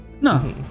No